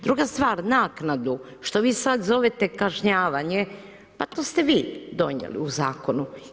Druga stvar, naknadu, što vi sada zovete kažnjavanje, pa to ste vi donijeli u zakonu.